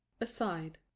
aside